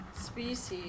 species